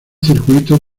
circuito